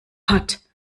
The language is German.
hat